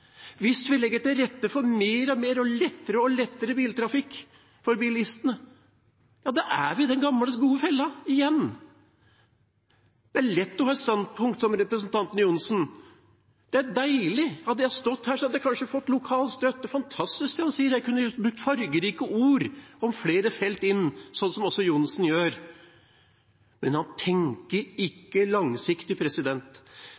Hvis vi legger til rette for mer og mer biltrafikk og gjør det lettere og lettere for bilistene, er vi i den gamle, gode fella igjen. Det er lett å ha et standpunkt som representanten Johnsen har, det er deilig. Hadde jeg stått her da, hadde jeg kanskje fått lokal støtte – det er fantastisk det han sier – og jeg kunne brukt fargerike ord om flere felt, slik som også Johnsen gjør. Men han tenker